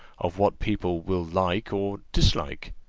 of what people will like or dislike.